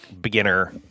beginner